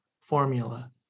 formula